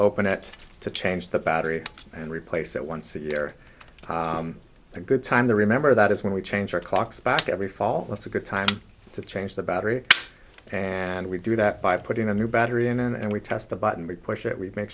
open it to change the battery and replace it once a year a good time to remember that is when we change our clocks back every fall that's a good time to change the battery and we do that by putting a new battery in and we test the button we push it we make